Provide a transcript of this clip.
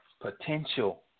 potential